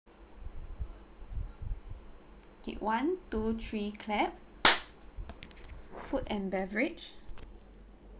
okay one two three clap food and beverage